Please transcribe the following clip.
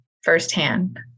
firsthand